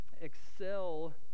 Excel